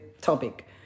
topic